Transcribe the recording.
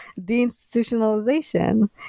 deinstitutionalization